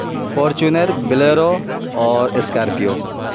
Fortuner Bolero اور Scorpio